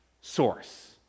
source